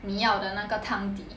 你要的那个汤底